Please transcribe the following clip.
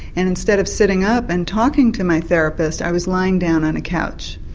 and instead of sitting up and talking to my therapist i was lying down on a couch.